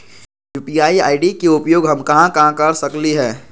UPI ID के उपयोग हम कहां कहां कर सकली ह?